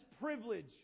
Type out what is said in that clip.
privilege